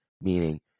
meaning